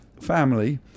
family